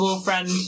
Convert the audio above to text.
friend